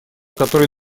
который